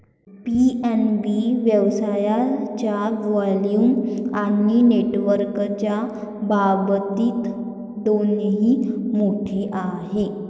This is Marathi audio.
पी.एन.बी व्यवसायाच्या व्हॉल्यूम आणि नेटवर्कच्या बाबतीत दोन्ही मोठे आहे